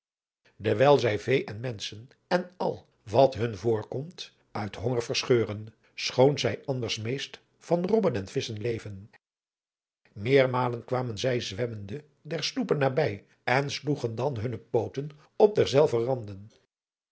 dewijl zij vee en menschen en al wat hun voorkomt uit honger verscheuren schoon zij anders meest van robben en visschen leven meermalen kwamen zij zwemmende der sloepen nabij en sloegen dan hunne pooten op derzelver